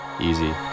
easy